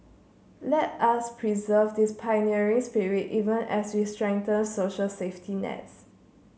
let us preserve this pioneering spirit even as we strengthen social safety nets